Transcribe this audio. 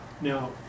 now